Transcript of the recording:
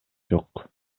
жок